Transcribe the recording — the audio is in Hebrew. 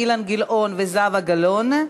אילן גילאון וזהבה גלאון.